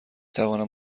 توانم